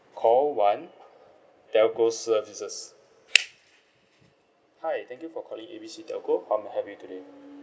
call one telco services hi thank you for calling A B C telco how may I help you today